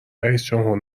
رییسجمهور